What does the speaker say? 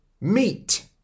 meat